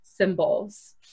Symbols